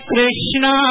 Krishna